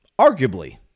arguably